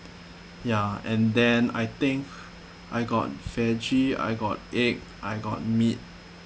ya and then I think I got vege I got egg I got meat